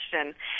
question